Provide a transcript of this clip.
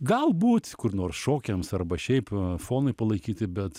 galbūt kur nors šokiams arba šiaip fonui palaikyti bet